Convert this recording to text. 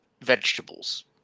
vegetables